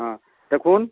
ହଁ ଦେଖୁନ୍